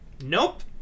Nope